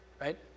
right